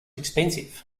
expensive